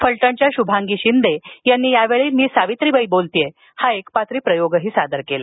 फलटणच्या श्भांगी शिंदे यांनीमीसावित्रीबाई बोलतेयहा एकपात्री प्रयोग सादर केला